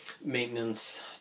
maintenance